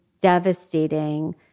devastating